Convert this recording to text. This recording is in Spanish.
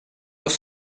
los